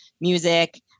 music